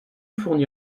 fourni